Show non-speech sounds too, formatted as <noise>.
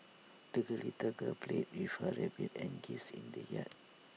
<unintelligible> little girl played with her rabbit and geese in the yard